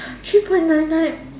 three point nine nine